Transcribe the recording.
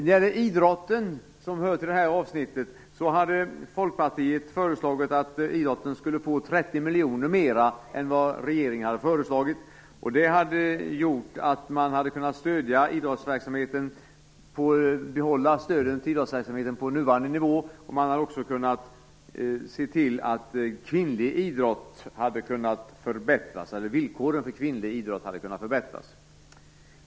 Folkpartiet hade förslagit att idrotten, som hör till det här avsnittet, skulle få 30 miljoner mer än vad regeringen föreslagit. Det hade kunnat gjort att man kunnat behålla stöden till idrottsverksamheten på nuvarande nivå, och man hade också kunnat se till att villkoren för kvinnlig idrott hade kunnat förbättras.